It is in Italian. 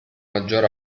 maggior